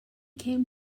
came